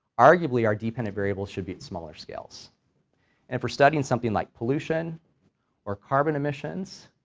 arguably our dependent variable should be at smaller scales and for studying something like pollution or carbon emissions,